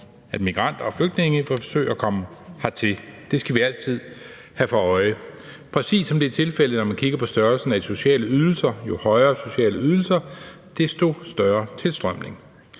at migranter og flygtninge forsøger at komme hertil. Det skal vi altid have for øje, præcis som det er tilfældet, når man kigger på størrelsen af de sociale ydelser, altså at jo højere sociale ydelser, desto større tilstrømning.